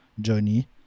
journey